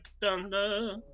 thunder